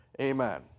Amen